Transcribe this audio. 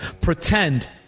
pretend